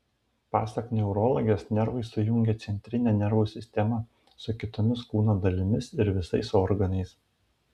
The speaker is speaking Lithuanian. pasak neurologės nervai sujungia centrinę nervų sistemą su kitomis kūno dalimis ir visais organais